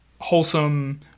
wholesome